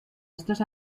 estos